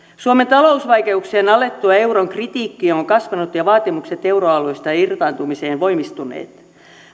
suomen talousvaikeuksien alettua euron kritiikki on kasvanut ja vaatimukset euroalueesta irtaantumiseen voimistuneet